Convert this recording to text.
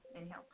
Inhale